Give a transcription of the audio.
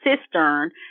cistern